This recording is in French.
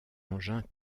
engin